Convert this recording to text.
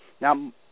Now